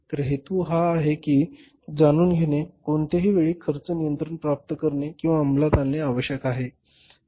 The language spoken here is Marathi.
तर हेतू हे आहे की हे जाणून घेणे की कोणत्याही वेळी खर्च नियंत्रण प्राप्त करणे किंवा अंमलात आणणे आवश्यक आहे